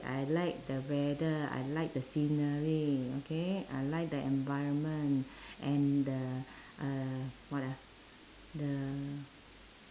I like the weather I like the scenery okay I like the environment and the uh what ah the